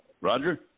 Roger